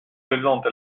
présente